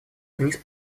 тунис